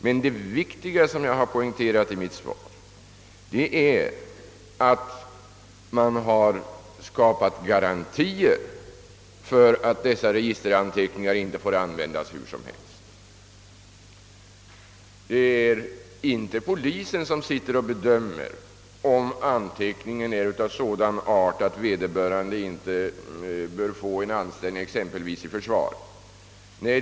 Men det viktiga, som jag har poängterat i mitt svar, är att man har skapat garantier för att dessa registeranteckningar inte får användas hur som helst. Det är inte polisen som bedömer, om anteckningen är av sådan art att vederbörande inte bör få anställning i exempelvis försvaret.